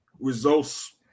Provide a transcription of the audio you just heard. results